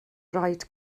rhaid